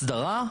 בסדר,